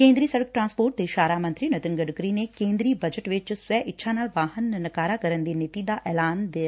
ਕੇ'ਦਰੀ ਸੜਕ ਟਰਾਂਸਪੋਰਟ ਤੇ ਸ਼ਾਹਰਾਹ ਮੰਤਰੀ ਨਿਤਿਨ ਗਡਕਰੀ ਨੇ ਕੇ'ਦਰੀ ਬਜਟ ਵਿਚ ਸਵੈ ਇੱਛਾ ਨਾਲ ਵਾਹਨ ਨਕਾਰਾ ਕਰਨ ਦੀ ਨੀਤੀ ਦੇ ਐਲਾਨ ਦਾ ਸੁਆਗਤ ਕੀਤੈ